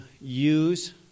use